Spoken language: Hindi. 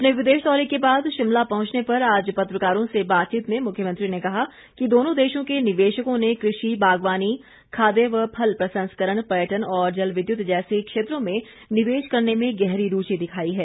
अपने विदेश दौरे के बाद शिमला पहुंचने पर आज पत्रकारों से बातचीत में मुख्यमंत्री ने कहा कि दोनों देशों के निवेशकों ने कृषि बागवानी खाद्य व फल प्रसंस्करण पर्यटन और जल विद्युत जैसे क्षेत्रों में निवेश करने में गहरी रुचि दिखाई है